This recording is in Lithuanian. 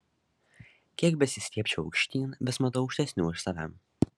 kiek besistiebčiau aukštyn vis matau aukštesnių už save